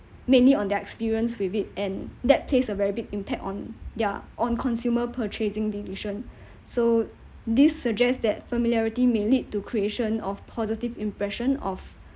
mainly on their experience with it and that plays a very big impact on their on consumer purchasing decision so this suggests that familiarity may lead to creation of positive impression of